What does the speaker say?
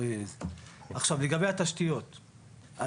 לגבי התשתיות,